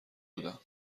بودم